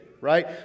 right